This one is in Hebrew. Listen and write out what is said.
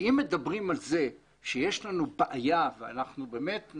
אם מדברים על זה שיש לנו בעיה - ונכון,